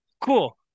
Cool